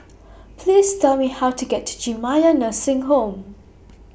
Please Tell Me How to get to Jamiyah Nursing Home